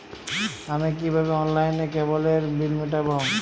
আমি কিভাবে অনলাইনে কেবলের বিল মেটাবো?